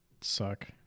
suck